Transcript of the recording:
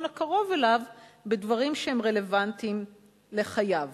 הקרוב אליו בדברים שהם רלוונטיים לחייו.